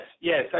yes